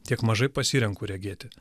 tiek mažai pasirenku regėti